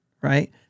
Right